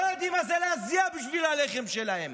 שלא יודעים מה זה להזיע בשביל הלחם שלהם,